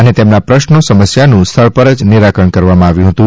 અને તેમનાં પ્રશ્રો સમસ્યાઓનું સ્થળ પર જ નિરાકરણ કરાયું હતું